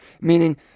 Meaning